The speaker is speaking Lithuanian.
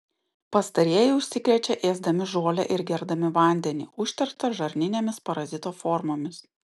pastarieji užsikrečia ėsdami žolę ir gerdami vandenį užterštą žarninėmis parazito formomis